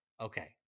Okay